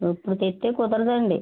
ఇప్పుడు చెప్తే కుదరదండి